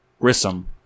Grissom